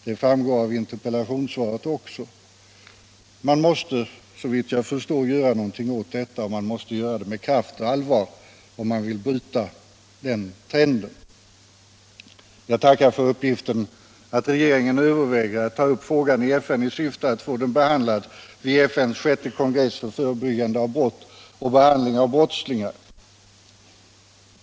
Det framgår också av interpellationssvaret. Man måste såvitt jag förstår göra något åt detta och man måste göra det med kraft och allvar, om man vill bryta trenden. Jag vill tacka för uppgiften att regeringen överväger att ta upp frågan i FN i syfte att få den behandlad vid FN:s sjätte kongress för förebyggande av brott och behandling av brottslingar.